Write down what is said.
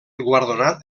guardonat